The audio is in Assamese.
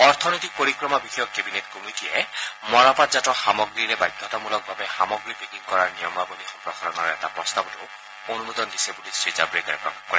অৰ্থনৈতিক পৰিক্ৰমা বিষয়ক কেবিনেট কমিটিয়ে লগতে মৰাপাটজাত সামগ্ৰীৰে বাধ্যতামূলকভাৱে সামগ্ৰী পেকিং কৰাৰ নিয়মাৱলী সম্প্ৰসাৰণৰ এটা প্ৰস্তাৱতো অনুমোদন দিছে বুলি শ্ৰীজাৱড়েকাৰে প্ৰকাশ কৰে